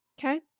Okay